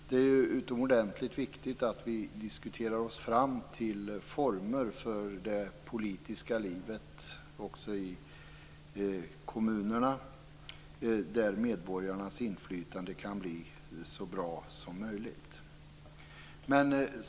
Det är ju utomordentligt viktigt att vi diskuterar oss fram till former för det politiska livet också i kommunerna så att medborgarnas inflytande kan bli så bra som möjligt.